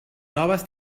noves